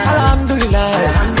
Alhamdulillah